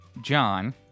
John